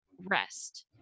rest